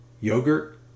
yogurt